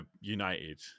united